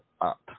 up